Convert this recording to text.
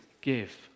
give